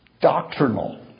doctrinal